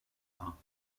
marins